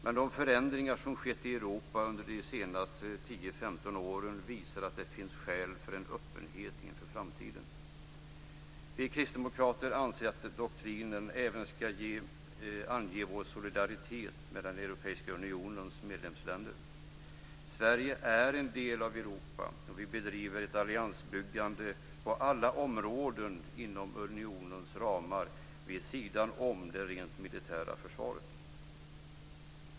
Men de förändringar som skett i Europa under de senaste 10-15 åren visar att det finns skäl för öppenhet inför framtiden. Vi kristdemokrater anser att doktrinen även ska ange vår solidaritet med Europeiska unionens medlemsländer. Sverige är en del av Europa, och vi bedriver ett alliansbyggande på alla områden inom unionens ramar - vid sidan av det rent militära försvaret.